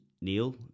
Neil